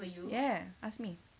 ya ask me